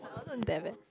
I wasn't that bad